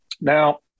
Now